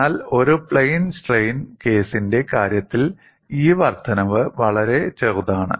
എന്നാൽ ഒരു plain strain കേസിന്റെ കാര്യത്തിൽ ഈ വർദ്ധനവ് വളരെ ചെറുതാണ്